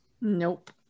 nope